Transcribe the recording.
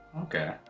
Okay